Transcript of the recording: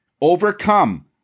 Overcome